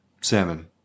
Salmon